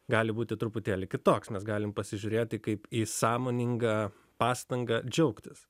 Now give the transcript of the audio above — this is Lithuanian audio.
gali būti truputėlį kitoks mes galim pasižiūrėti kaip į sąmoningą pastangą džiaugtis